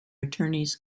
attorneys